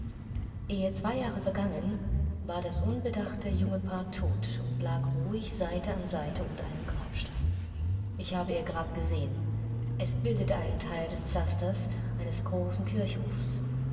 ehe zwei jahre vergangen war das unbedachte junge paar tot und lag ruhig seite an seite unter einem grabstein ich habe ihr grab gesehen es bildete einen teil des pflasters eines großen kirchhofs